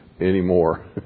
anymore